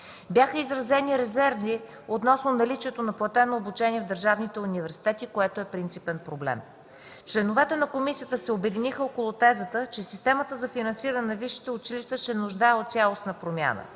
Бяха изразени резерви относно наличието на платено обучение в държавните университети, което е принципен проблем. Членовете на комисията се обединиха около тезата, че системата за финансиране на висшите училища се нуждае от цялостна промяна.